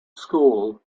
school